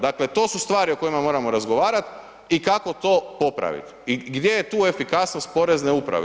Dakle to su stvari o kojima moramo razgovarati i kako to popraviti i gdje je tu efikasnost porezne uprave.